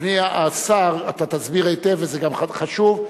אדוני השר, אתה תסביר היטב, וזה גם חשוב.